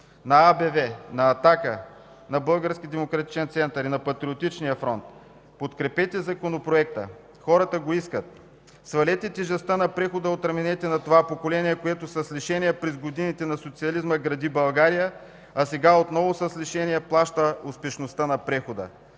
демократичен център и на Патриотичния фронт – подкрепете законопроекта, хората го искат. Свалете тежестта на прехода от раменете на това поколение, които с лишения през годините на социализма гради България, а сега отново с лишения плаща успешността на прехода.